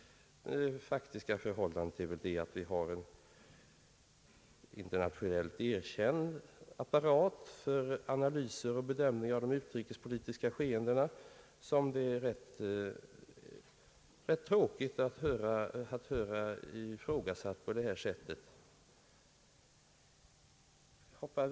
Det faktiska förhållandet är väl att vi har en internationellt erkänd apparat för analyser och bedömningar av de ut rikespolitiska skeendena, som det är tråkigt att höra ifrågasättas på detta sätt.